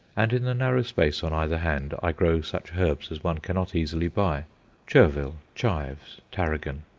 and in the narrow space on either hand i grow such herbs as one cannot easily buy chervil, chives, tarragon.